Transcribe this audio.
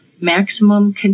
maximum